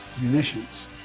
munitions